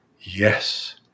Yes